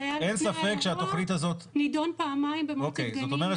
זה נידון פעמיים במועצת גנים -- זאת אומרת